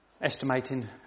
estimating